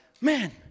man